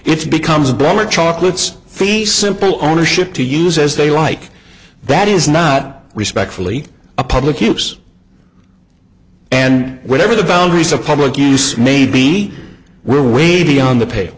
it's becomes a better chocolate's feast simple ownership to use as they like that is not respectfully a public use and whatever the boundaries of public use may be we're way beyond the pale